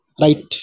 right